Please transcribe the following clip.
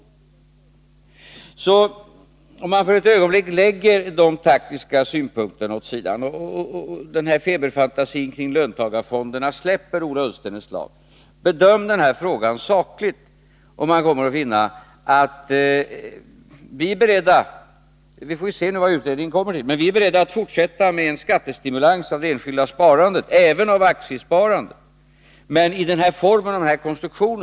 Om Ola Ullstens feberfantasi när det gäller löntagarfonder släpper ett slag och han för ett ögonblick lägger de taktiska synpunkterna åt sidan och bedömer denna fråga sakligt, skall han finna att vi — även om vi naturligtvis får se vad utredningen kommer fram till — är beredda att fortsätta med en skattestimulans av det enskilda sparandet, också av aktiesparandet. Men det kan inte ske i denna form och med denna konstruktion.